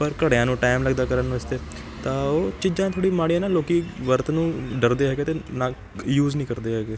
ਪਰ ਘੜਿਆਂ ਨੂੰ ਟੈਮ ਲੱਗਦਾ ਕਰਨ ਵਾਸਤੇ ਤਾਂ ਉਹ ਚੀਜ਼ਾਂ ਥੋੜ੍ਹੀਆਂ ਮਾੜੀਆਂ ਨਾ ਲੋਕ ਵਰਤਣੋਂ ਡਰਦੇ ਹੈਗੇ ਅਤੇ ਨਾ ਯੂਜ ਨਹੀਂ ਕਰਦੇ ਹੈਗੇ